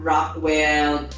Rockwell